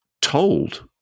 told